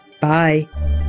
bye